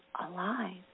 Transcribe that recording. alive